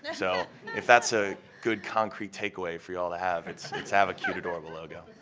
yeah so if that's a good concrete takeaway for you all to have, it's it's have a cute, adorable logo.